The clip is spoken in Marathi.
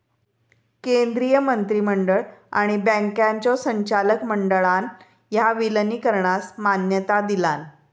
केंद्रीय मंत्रिमंडळ आणि बँकांच्यो संचालक मंडळान ह्या विलीनीकरणास मान्यता दिलान